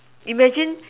imagine